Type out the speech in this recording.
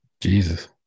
Jesus